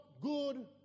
good